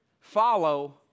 Follow